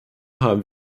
haben